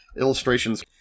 illustrations